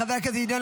חבר הכנסת ינון